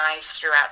throughout